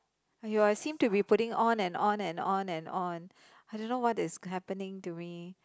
!aiyo! I seem to be putting on and on and on and on I don't know what is happening to me